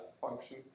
function